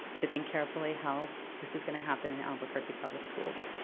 to think carefully how this is gonna happen in albuquerque public schools.